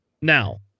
Now